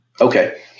Okay